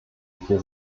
vier